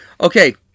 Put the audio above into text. Okay